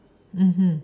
mmhmm